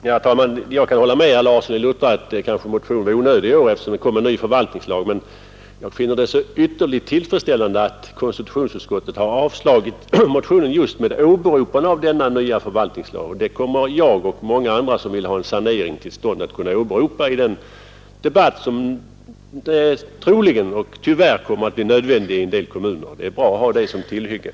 Herr talman! Jag kan hålla med herr Larsson i Luttra om att min motion kanske var onödig i år, eftersom det kommit en ny förvaltningslag. Jag finner det dock ytterligt tillfredsställande att utskottet avslagit motionen just med åberopande av denna nya förvaltningslag. Detta kommer jag och många andra, som vill ha en sanering på detta område, att kunna åberopa och använda som tillhygge i den debatt som troligen och tyvärr kommer att bli nödvändig i en del kommuner.